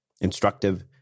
instructive